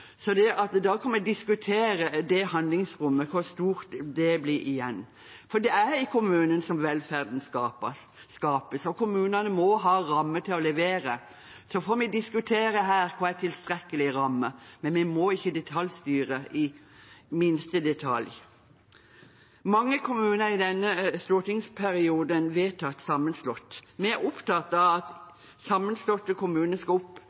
Så får vi diskutere her hva som er tilstrekkelig ramme, men vi må ikke detaljstyre i minste detalj. Mange kommuner er i denne stortingsperioden vedtatt sammenslått. Vi er opptatt av at sammenslåtte kommuner ikke skal